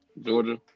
georgia